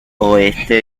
oeste